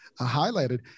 highlighted